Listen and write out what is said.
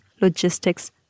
logistics